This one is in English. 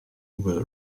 will